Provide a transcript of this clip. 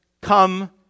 Come